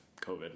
COVID